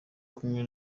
kumwe